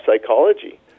psychology